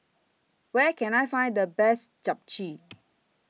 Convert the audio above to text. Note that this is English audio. Where Can I Find The Best Japchae